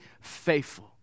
faithful